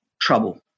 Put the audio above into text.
trouble